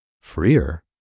freer